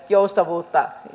joustavasti